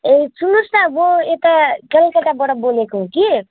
ए सुन्नुहोस् न म यता कलकताबाट बोलेको हो कि